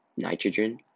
nitrogen